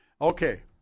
Okay